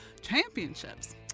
championships